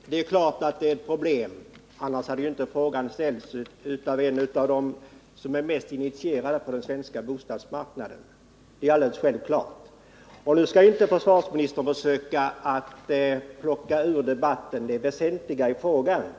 Herr talman! Det är klart att detta är ett problem; annars hade ju inte frågan ställts av en av de mest initierade på den svenska bostadsmarknaden. Nu skall inte försvarsministern försöka att plocka det väsentliga i frågan ur debatten